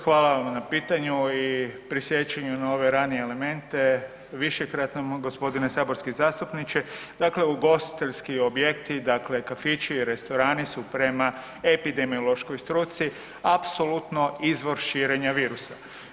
Hvala vam na pitanju i prisjećanju na ove ranije elemente, višekratnom g. saborski zastupniče, dakle ugostiteljski objekti, dakle kafići i restorani su prema epidemiološkoj struci apsolutno izvor širenja virusa.